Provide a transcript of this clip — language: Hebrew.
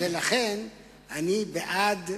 ולכן, אני בעד,